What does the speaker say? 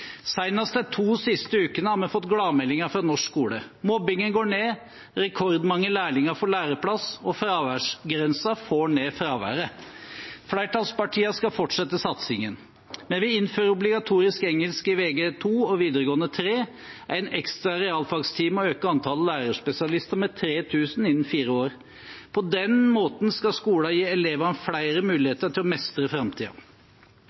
Senest de to siste ukene har vi fått gladmeldinger fra norsk skole. Mobbingen går ned, rekordmange lærlinger får læreplass, og fraværsgrensen får ned fraværet. Flertallspartiene skal fortsette satsingen. Vi vil innføre obligatorisk engelsk i Vg2 og Vg3, én ekstra realfagstime og øke antallet lærerspesialister med 3 000 innen fire år. På den måten skal skolen gi elevene flere